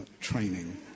training